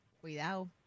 Cuidado